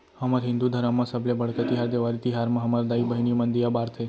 हमर हिंदू धरम म सबले बड़का तिहार देवारी तिहार म हमर दाई बहिनी मन दीया बारथे